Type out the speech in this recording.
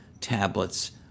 tablets